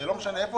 לא משנה איפה,